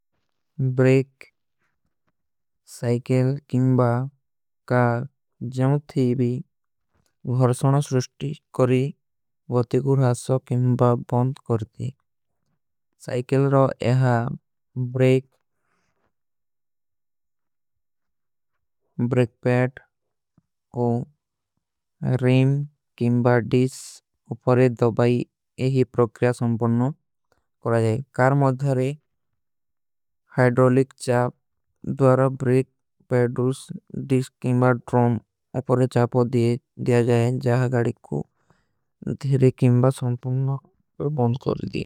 Brake, cycle କେଂବା କା ଜବ ଥୀ ଭର୍ଷଣ ସ୍ରୁଷ୍ଟି କରୀ। ଵତିକୁର ହାସୋ କେଂବା ବଂଦ କରତୀ ସାଇକେଲ ରୋ ଏହା ବ୍ରେକ। ବ୍ରେକ ପୈଟ କୋ ରିମ କେଂବା ଡିସ ଉପରେ। ଦବାଈ ଏହୀ ପ୍ରକ୍ରିଯା ସଂପର୍ଣୋ କର ଜାଏଗୀ କାର ମଧରେ। ହାଇଡ୍ରୋଲିକ ଚାପ ଦ୍ଵାରା ବ୍ରେକ ପୈଟୁସ। ଡିସ କେଂବା ଡ୍ରମ ଅପରେ ଚାପୋ ଦିଯା। ଜାଯେ ଜାହା ଗାରୀ କୋ ଧୀରେ କେଂବା ସଂପର୍ଣୋ ବଂଦ କର ଦିଯେ।